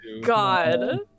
God